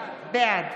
בעד